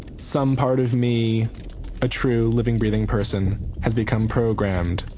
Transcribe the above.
some part of me a true living, breathing person has become programmed,